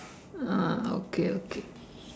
ah okay okay